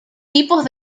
tipos